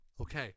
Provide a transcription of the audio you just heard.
Okay